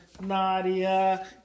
Nadia